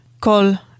call